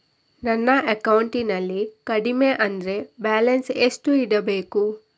ನನ್ನ ಅಕೌಂಟಿನಲ್ಲಿ ಕಡಿಮೆ ಅಂದ್ರೆ ಬ್ಯಾಲೆನ್ಸ್ ಎಷ್ಟು ಇಡಬೇಕು?